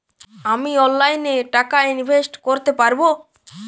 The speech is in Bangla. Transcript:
আমি অনলাইনে টাকা ইনভেস্ট করতে পারবো?